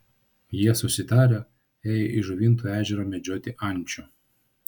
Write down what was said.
jie susitarę ėjo į žuvinto ežerą medžioti ančių